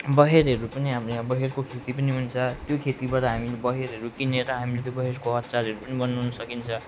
बयरहरू पनि हाम्रो याँ बयरको खेती पनि हुन्छ त्यो खेतीबाट हामीले बयरहेरू किनेर हामीले त्यो बयरको अचारहरू पनि बनाउनु सकिन्छ